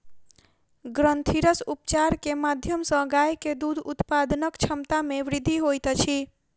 ग्रंथिरस उपचार के माध्यम सॅ गाय के दूध उत्पादनक क्षमता में वृद्धि होइत अछि